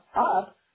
up